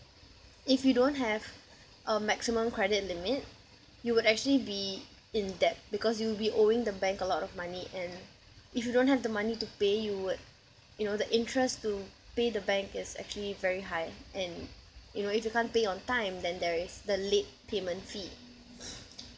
if you don't have a maximum credit limit you would actually be in debt because you'll be owing the bank a lot of money and if you don't have the money to pay you would you know the interest to pay the bank is actually very high and you know if you can't pay on time then there is the late payment fee